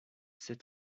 ses